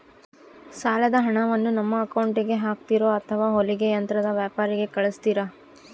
ಸಾಲದ ಹಣವನ್ನು ನಮ್ಮ ಅಕೌಂಟಿಗೆ ಹಾಕ್ತಿರೋ ಅಥವಾ ಹೊಲಿಗೆ ಯಂತ್ರದ ವ್ಯಾಪಾರಿಗೆ ಕಳಿಸ್ತಿರಾ?